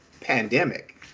pandemic